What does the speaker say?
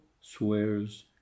swears